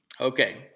Okay